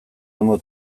ondo